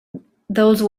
those